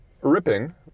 ripping